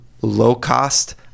low-cost